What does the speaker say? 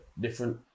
different